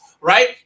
right